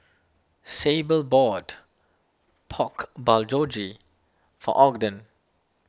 Sable bought Pork Bulgogi for Ogden